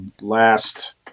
last